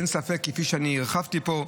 כפי שאני הרחבתי פה,